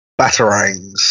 batarangs